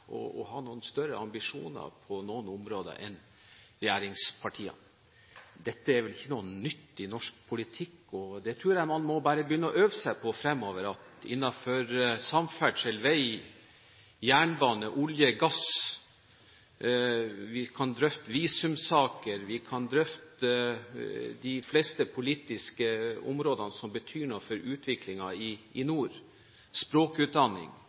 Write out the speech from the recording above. å ha noe større ambisjoner enn regjeringspartiene. Dette er vel ikke noe nytt i norsk politikk. Det tror jeg man bare må begynne å øve seg på fremover, at innenfor samferdsel, vei, jernbane, olje, gass, visumsaker, de fleste politiske områdene som betyr noe for utviklingen i nord, språkutdanning og utdanning i